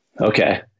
Okay